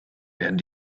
werden